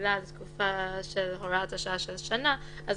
רגילה לתקופה של הוראת השעה של שנה אנחנו